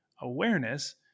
awareness